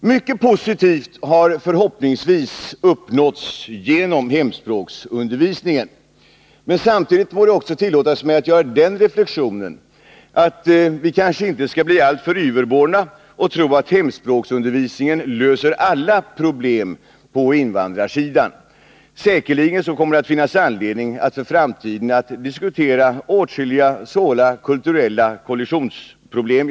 Mycket positivt har förhoppningsvis uppnåtts genom hemspråksundervisningen, men samtidigt må det tillåtas mig att göra den reflexionen att vi kanske inte skall bli alltför yverborna och tro att hemspråksundervisningen löser alla problem på invandrarsidan. Säkerligen kommer det att finnas anledning att i framtiden diskutera åtskilliga svåra kulturella kollisionsproblem.